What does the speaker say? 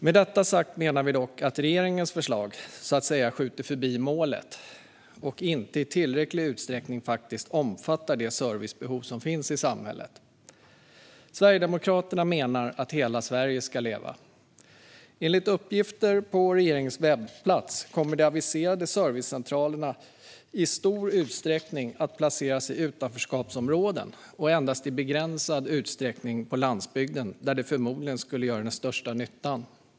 Med detta sagt menar vi dock att regeringens förslag så att säga skjuter förbi målet och inte i tillräcklig utsträckning omfattar det servicebehov som faktiskt finns i samhället. Sverigedemokraterna menar att hela Sverige ska leva. Samlad struktur för tillhandahållande av lokal statlig service Enligt uppgifter på regeringens webbplats kommer de aviserade servicecentralerna i stor utsträckning att placeras i utanförskapsområden och endast i begränsad utsträckning på landsbygden, där de förmodligen skulle göra den största nyttan.